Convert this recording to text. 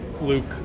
Luke